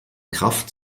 kraft